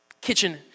kitchen